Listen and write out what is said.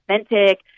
authentic